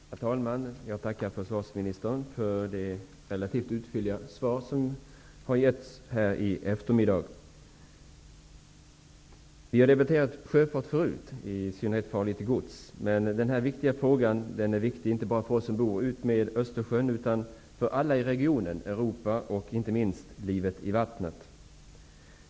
Herr talman! Jag tackar försvarsministern för det relativt fylliga svar som nu givits här i eftermiddag. Vi har debatterat sjöfart förut, i synnerhet farligt gods. Men denna fråga är viktig inte bara för oss som bor utmed Östersjön utan för alla i regionen, i Europa och inte minst för livet i vattnet.